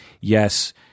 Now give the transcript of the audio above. yes